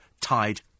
tied